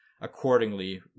accordingly